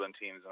teams